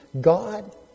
God